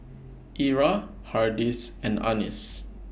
Era Hardy's and Annis